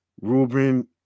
Ruben